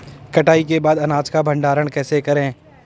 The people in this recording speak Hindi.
कटाई के बाद अनाज का भंडारण कैसे करें?